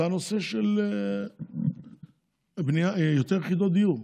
הוא הנושא של לבנות יותר יחידות דיור,